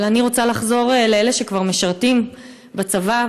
אבל אני רוצה לחזור לאלה שכבר משרתים בצבא,